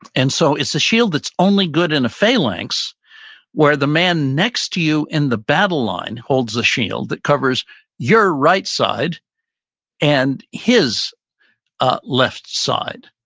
and so it's a shield that's only good in a phalanx where the man next to you in the battle line holds a shield that covers your right side and his left side.